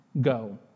go